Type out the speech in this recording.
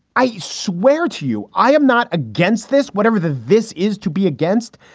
i swear to you, i am not against this. whatever the this is to be against,